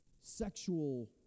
sexual